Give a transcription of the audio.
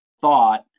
thought